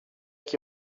qui